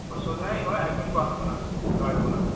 بہٕ سوزٕ ہا یَہَے اَکہِ بَجہِ پَتھ کُن حظ گاڑِ وول حظ